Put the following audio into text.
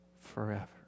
forever